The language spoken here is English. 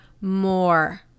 more